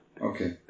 Okay